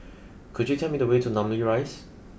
could you tell me the way to Namly Rise